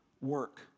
work